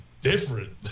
different